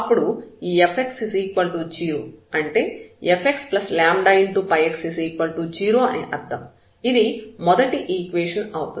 అప్పుడు ఈ Fx0 అంటే fxλx 0 అని అర్థం ఇది మొదటి ఈక్వేషన్ అవుతుంది